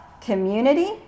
community